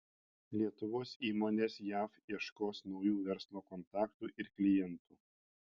lietuvos įmonės jav ieškos naujų verslo kontaktų ir klientų